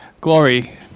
Glory